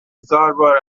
هزاربار